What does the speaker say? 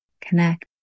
connect